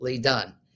done